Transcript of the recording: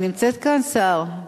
היא נמצאת כאן, סער?